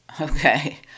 okay